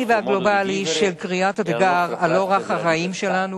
והגלובלי של קריאת התיגר על אורח החיים שלנו,